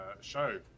show